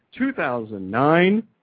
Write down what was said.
2009